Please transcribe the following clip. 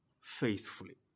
faithfully